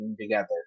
together